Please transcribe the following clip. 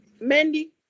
Mandy